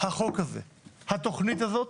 החוק הזה, התכנית הזאת,